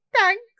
Thanks